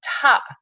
top